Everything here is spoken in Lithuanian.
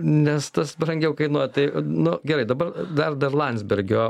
nes tas brangiau kainuoja tai nu gerai dabar dar dėl landsbergio